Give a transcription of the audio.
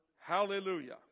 Hallelujah